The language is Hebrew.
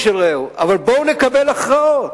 אבל בואו נקבל הכרעות,